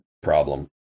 problem